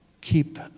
keep